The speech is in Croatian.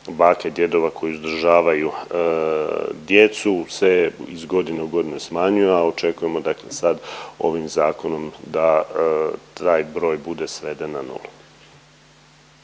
baka i djedova koji uzdržavaju djecu se iz godine u godinu smanjuje, a očekujemo dakle sad ovim zakonom da taj broj bude sveden na nulu.